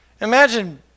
Imagine